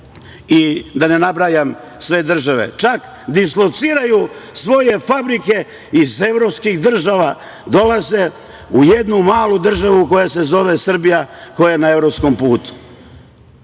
i da ne nabrajam sve države, čak dislociraju svoje fabrike iz evropskih država, dolaze u jednu malu državu koja se zove Srbija, koja je na evropskom putu.Zašto